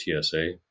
TSA